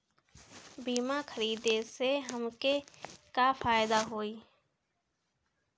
बीमा खरीदे से हमके का फायदा होई?